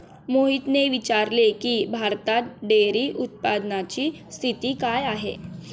मोहितने विचारले की, भारतात डेअरी उत्पादनाची स्थिती काय आहे?